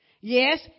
Yes